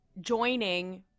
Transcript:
joining